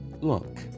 look